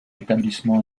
établissement